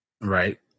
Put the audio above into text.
Right